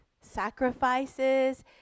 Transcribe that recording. sacrifices